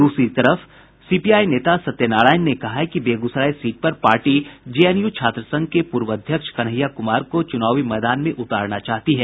दूसरी तरफ सीपीआई नेता सत्यनारायण ने कहा है कि बेगूसराय सीट पर पार्टी जेएनयू छात्र संघ के पूर्व अध्यक्ष कन्हैया कुमार को चूनावी मैदान में उतारना चाहती है